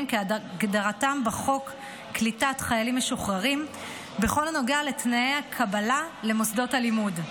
כהגדרתם בחוק קליטת חיילים משוחררים בכל הנוגע לתנאי הקבלה למוסדות החינוך.